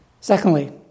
Secondly